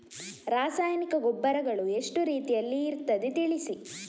ರಾಸಾಯನಿಕ ಗೊಬ್ಬರಗಳು ಎಷ್ಟು ರೀತಿಯಲ್ಲಿ ಇರ್ತದೆ ತಿಳಿಸಿ?